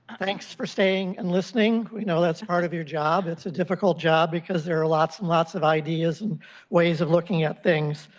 but thanks for staying and listening, i know that's part of your job, it's a difficult job because there are lots and lots of ideas and ways of looking at things.